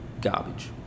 garbage